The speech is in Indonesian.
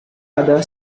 ada